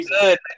good